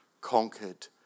conquered